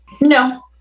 no